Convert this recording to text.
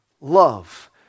love